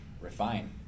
refine